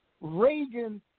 Reagan